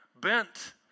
bent